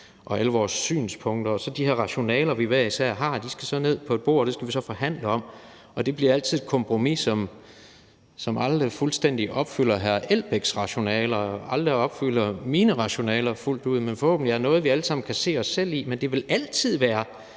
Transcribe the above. og alle vores synspunkter, og så skal de her rationaler, vi hver især har, ned på et bord, og det skal vi så forhandle om, og det bliver altid et kompromis, som aldrig fuldstændig opfylder hr. Uffe Elbæks rationaler og aldrig opfylder mine rationaler fuldt ud, men som forhåbentlig er noget, vi alle sammen kan se os selv i. Men det vil altid på